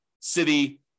city